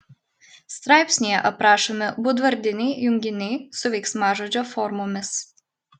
straipsnyje aprašomi būdvardiniai junginiai su veiksmažodžio formomis